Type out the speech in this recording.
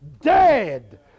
dead